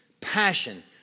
passion